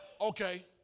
Okay